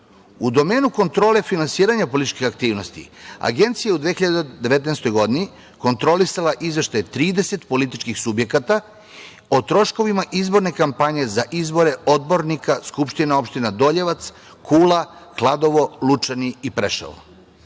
domenu kontrole finansiranja političkih aktivnosti, Agencija je u 2019. godini kontrolisala izveštaj 30 političkih subjekata o troškovima izborne kampanje za izbore odbornika skupština opština: Doljevac, Kula, Kladovo, Lučani i Preševo.